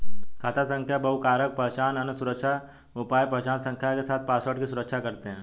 खाता संख्या बहुकारक पहचान, अन्य सुरक्षा उपाय पहचान संख्या के साथ पासवर्ड की सुरक्षा करते हैं